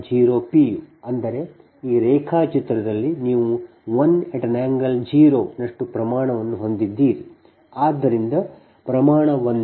0 pu ಅಂದರೆ ಈ ರೇಖಾಚಿತ್ರದಲ್ಲಿ ನೀವು 1∠0 ನಷ್ಟು ಪ್ರಮಾಣವನ್ನು ಹೊಂದಿದ್ದೀರಿ ಆದ್ದರಿಂದ ಪ್ರಮಾಣ 1